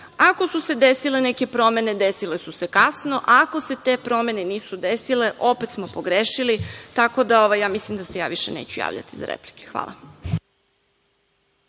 ako su se desile neke promene, desile su se kasno, ako se te promene nisu desile, opet smo pogrešili, tako da ja mislim da se ja više neću javljati za replike. Hvala.